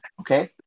okay